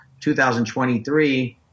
2023